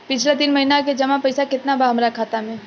पिछला तीन महीना के जमा पैसा केतना बा हमरा खाता मे?